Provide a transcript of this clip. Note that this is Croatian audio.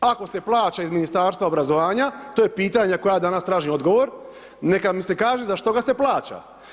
Ako se plaća iz Ministarstva obrazovanja to je pitanje koje danas traži odgovor, neka mi se kaže za što ga se plaća.